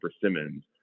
persimmons